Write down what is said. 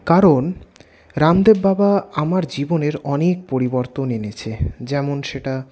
কারণ রামদেব বাবা আমার জীবনের অনেক পরিবর্তন এনেছে যেমন সেটা